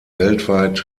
weltweit